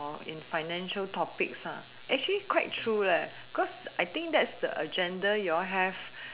in financial topics actually quite true cause I think that's the agenda you all have